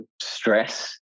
stress